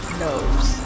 knows